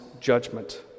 judgment